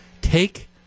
take